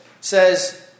says